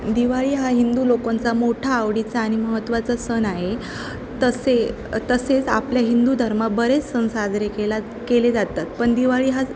दिवाळी हा हिंदू लोकांचा मोठा आवडीचा आणि महत्त्वाचा सण आहे तसे तसेच आपल्या हिंदू धर्मा बरेच सण साजरे केला केले जातात पण दिवाळी हा